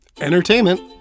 entertainment